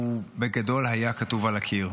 בגדול היה כתוב על הקיר.